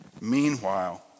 meanwhile